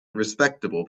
respectable